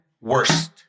worst